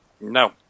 No